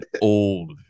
old